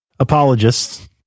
Apologists